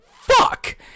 fuck